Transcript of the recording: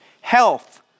health